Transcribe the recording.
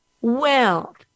wealth